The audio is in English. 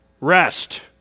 Rest